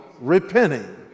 repenting